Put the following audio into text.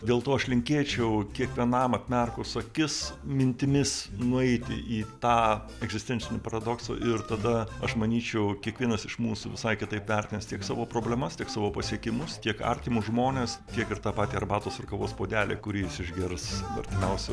dėl to aš linkėčiau kiekvienam atmerkus akis mintimis nueiti į tą egzistencinį paradoksą ir tada aš manyčiau kiekvienas iš mūsų visai kitaip vertins tiek savo problemas tiek savo pasiekimus tiek artimus žmones tiek ir tą patį arbatos ar kavos puodelį kurį jis išgers artimiausią